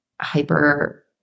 hyper